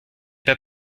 pas